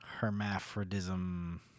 hermaphrodism